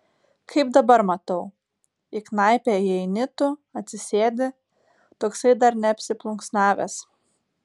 kaip dabar matau į knaipę įeini tu atsisėdi toksai dar neapsiplunksnavęs